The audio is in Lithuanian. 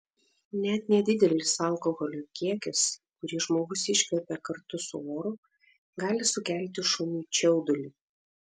net nedidelis alkoholio kiekis kurį žmogus iškvepia kartu su oru gali sukelti šuniui čiaudulį